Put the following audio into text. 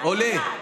עולה.